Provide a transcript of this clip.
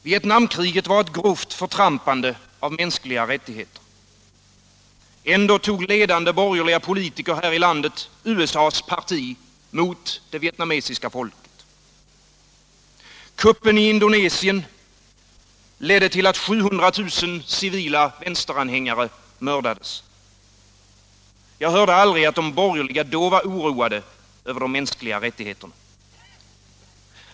Vietnamkriget var ett grovt förtrampande av mänskliga rättigheter. Ändå tog ledande borgerliga politiker här i landet USA:s parti mot det vietnamesiska folket. Kuppen i Indonesien ledde till att 700 000 civila vänsteranhängare mördades. Jag hörde aldrig att de borgerliga då var oroade över de mänskliga rättigheterna.